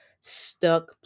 stuck